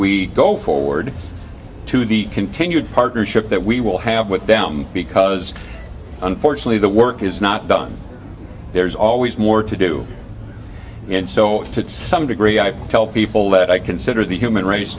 we go forward to the continued partnership that we will have with them because unfortunately the work is not done there's always more to do and so to some degree i tell people that i consider the human race